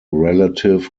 relative